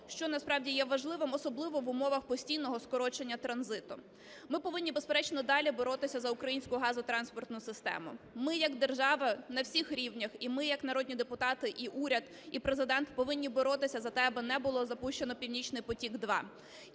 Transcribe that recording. що, насправді, є важливим особливо в умовах постійного скорочення транзиту. Ми повинні, безперечно, далі боротися за українську газотранспортну систему. Ми як держава на всіх рівнях і ми як народні депутати, і уряд, і Президент повинні боротися за те, аби не було запущено Північний потік-2.